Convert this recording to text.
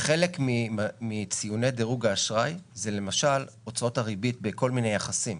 חלק מציוני דירוג האשראי זה למשל הוצאות הריבית בכל מיני יחסים,